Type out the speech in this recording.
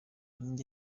inkingi